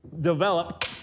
develop